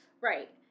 Right